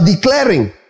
declaring